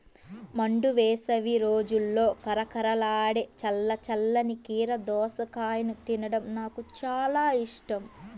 మండు వేసవి రోజుల్లో కరకరలాడే చల్ల చల్లని కీర దోసకాయను తినడం నాకు చాలా ఇష్టం